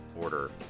order